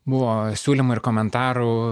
buvo siūlymų ir komentarų